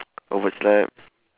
overslept